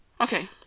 okay